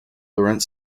laurent